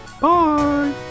Bye